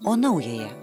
o naująją